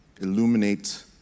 illuminate